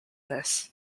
this